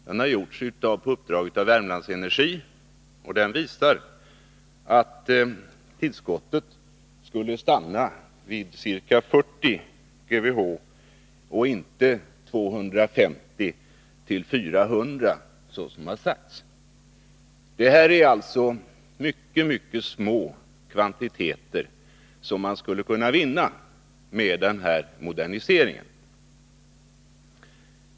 Den har gjorts på uppdrag av Värmlandsenergi, och den visar att energitillskottet skulle stanna vid ca 40 GWh och inte uppgå till 250-400, som det länge sagts. Det är alltså mycket små kvantiteter som man skulle kunna vinna med den här moderniseringen.